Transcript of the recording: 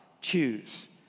choose